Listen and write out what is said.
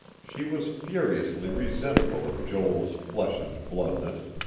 she was furiously resentful of joel's flesh-and-bloodness.